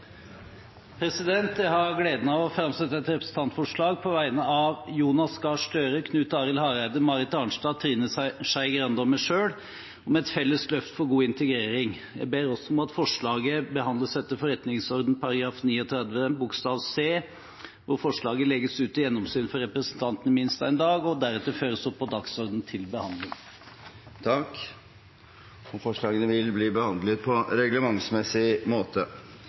Jeg har gleden av å framsette et representantforslag på vegne av Jonas Gahr Støre, Harald T. Nesvik, Knut Arild Hareide, Marit Arnstad, Trine Skei Grande og meg selv om et felles løft for god integrering. Jeg ber også om at forslaget behandles etter Stortingets forretningsorden § 39 c, hvor det står at det skal «legges ut til gjennomsyn for representantene i minst én dag og deretter føres opp på dagsordenen til behandling». Forslagene vil bli behandlet på reglementsmessig måte.